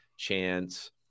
chance